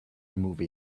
movie